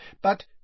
but